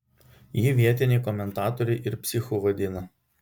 jį vietiniai komentatoriai ir psichu vadina